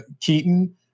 Keaton